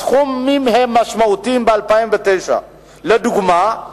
הסכומים הם משמעותיים: ב-2009, לדוגמה,